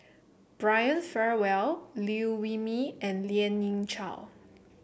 Brian Farrell Liew Wee Mee and Lien Ying Chow